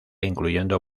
incluyendo